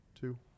two